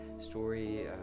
story